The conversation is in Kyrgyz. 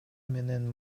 менен